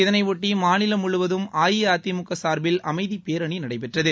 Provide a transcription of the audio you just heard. இதனையொட்டி மாநிலம் முமுவதும் அஇஅதிமுக சார்பில் அமைதி பேரணி நடைபெற்றது